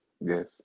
Yes